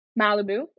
Malibu